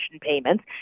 payments